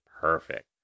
perfect